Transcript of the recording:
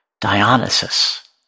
Dionysus